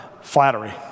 flattery